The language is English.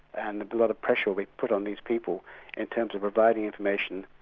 and a lot of pressure will be put on these people in terms of providing information.